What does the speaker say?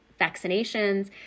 vaccinations